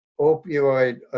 opioid